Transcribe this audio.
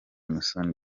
musoni